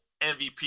MVP